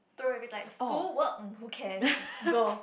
throw every like school work who cares go